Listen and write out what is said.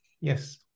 Yes